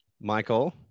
michael